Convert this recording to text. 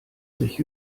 sich